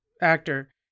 actor